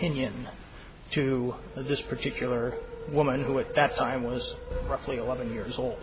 opinion to this particular woman who at that time was roughly eleven years old